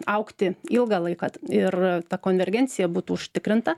augti ilgą laiką t ir ta konvergencija būtų užtikrinta